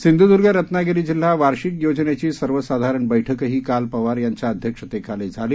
सिंधूदुर्ग रत्नागिरी जिल्हा वार्षिक योजनेची सर्वसाधारण बैठकही काल पवार यांच्या अध्यक्षतेखाली झाली